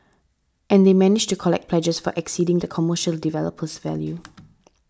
and they managed to collect pledges far exceeding the commercial developer's value